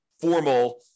formal